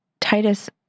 titus